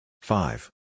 Five